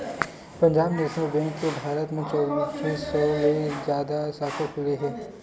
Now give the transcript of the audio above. Punjab national bank के भारत म चौबींस सौ ले जादा साखा खुले हे